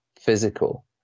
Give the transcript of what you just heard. physical